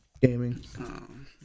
gaming